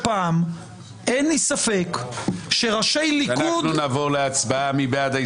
אין לי ספק שפעם --- נצביע על הסתייגות 244. מי בעד?